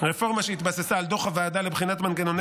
רפורמה שהתבססה על דוח הוועדה לבחינת מנגנוני